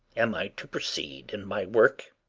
am i to proceed in my work?